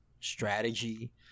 strategy